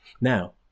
now